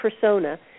persona